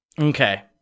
Okay